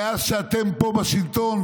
מאז שאתם פה בשלטון,